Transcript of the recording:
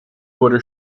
wurde